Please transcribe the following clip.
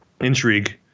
intrigue